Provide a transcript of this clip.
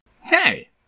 Hey